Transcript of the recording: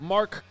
Mark